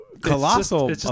colossal